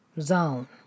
zone